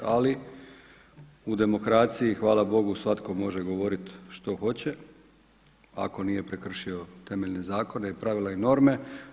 Ali u demokraciji hvala Bogu, svatko može govoriti što hoće, ako nije prekršio temeljne zakona, pravila i norme.